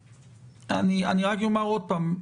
אני רק אומר עוד פעם.